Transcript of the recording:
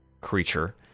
creature